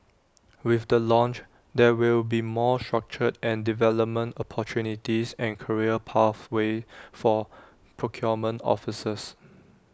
with the launch there will be more structured development opportunities and career pathways for procurement officers